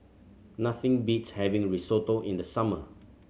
nothing beats having Risotto in the summer